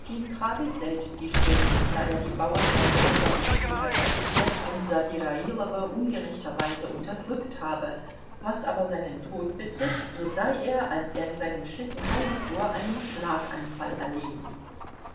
trage selbst die schuld da er die bauern der dörfer wschiwaja spjeß und sadirailowo ungerechterweise unterdrückt habe was aber seinen tod betrifft so sei er als er in seinem schlitten heimfuhr einem schlaganfall erlegen